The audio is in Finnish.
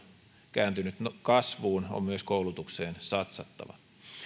kääntynyt kasvuun on myös koulutukseen satsattava